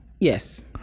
Yes